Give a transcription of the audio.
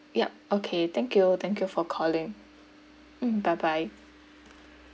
yup okay thank you thank you for calling mm bye bye